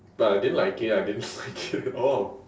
but I didn't like it I didn't like it at all